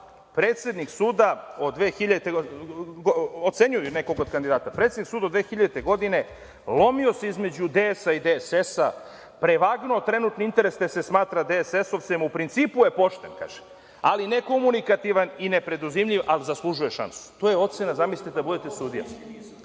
predsednik suda od 2000. godine lomio se između DS i DSS, prevagnuo trenutni interes, te se smatra DSS-ovcem, u principu je pošten, kaže, ali nekomunikativan i nepreduzmljiv, ali zaslužuje šansu. To je ocena, zamislite, da budete sudija.